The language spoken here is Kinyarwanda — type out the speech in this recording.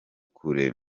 kure